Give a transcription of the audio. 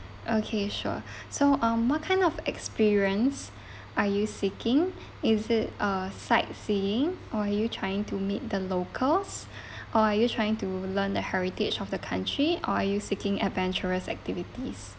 okay sure so um what kind of experience are you seeking is it uh sightseeing or you trying to meet the locals or are you trying to learn the heritage of the country or are you seeking adventurous activities